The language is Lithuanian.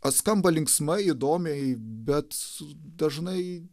skamba linksmai įdomiai bet dažnai